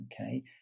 okay